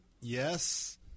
yes